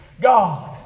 God